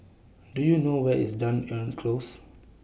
Do YOU know Where IS Dunearn Close